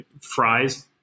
fries